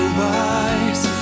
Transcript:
wise